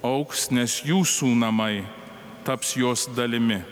augs nes jūsų namai taps jos dalimi